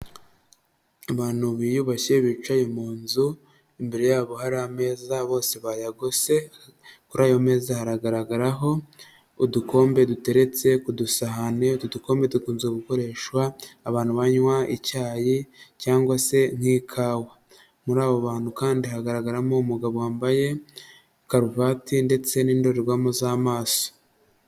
Abantu biyubashye bicaye mu nzu, imbere yabo hari ameza bose bayagose, kuri meza haragaragaraho udukombe duteretse k'udusahane, utu dukombe dukunze gukoreshwa abantu banywa icyayi, cyangwa se nk'ikawa, muri abo bantu kandi hagaragaramo umugabo wambaye karuvati, ndetse n'indorerwamo z'amaso.